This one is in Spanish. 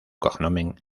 cognomen